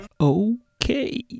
okay